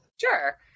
Sure